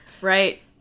right